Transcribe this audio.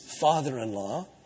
father-in-law